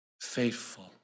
faithful